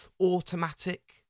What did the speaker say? automatic